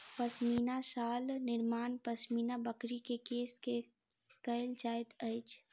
पश्मीना शाल निर्माण पश्मीना बकरी के केश से कयल जाइत अछि